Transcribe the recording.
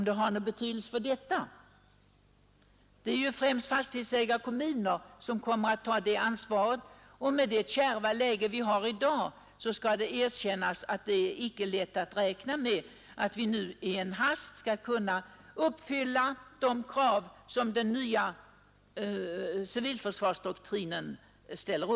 Det är främst fastighetsägare och kommuner som har att ta ansvaret för skyddsrummen, och i dagens kärva läge kan man inte räkna med att i en hast kunna uppfylla de krav, som den nya civilförsvarsdoktrinen uppställer.